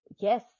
yes